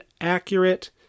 accurate